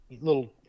little